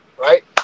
right